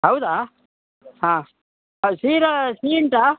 ಹೌದಾ ಹಾಂ ಹೌದು ಶಿರಾ ಸಿಹಿ ಉಂಟಾ